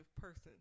person